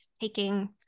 taking